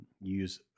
use